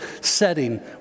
setting